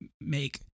make